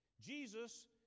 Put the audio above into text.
Jesus